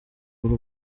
b’u